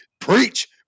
Preach